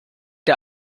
der